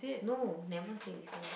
no never say recent